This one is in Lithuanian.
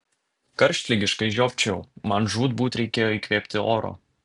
karštligiškai žiopčiojau man žūtbūt reikėjo įkvėpti oro